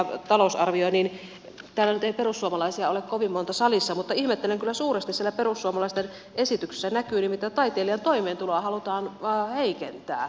täällä nyt ei perussuomalaisia ole kovin monta salissa mutta ihmettelen kyllä suuresti sillä perussuomalaisten esityksessä näkyy nimittäin että taiteilijan toimeentuloa halutaan heikentää